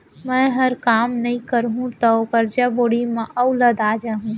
मैंहर काम नइ करहूँ तौ करजा बोड़ी म अउ लदा जाहूँ